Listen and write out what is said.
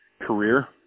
career